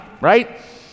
Right